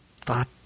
thought